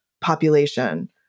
population